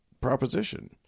proposition